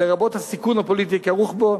לרבות הסיכון הפוליטי הכרוך בו,